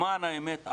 למען האמת,